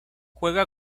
juega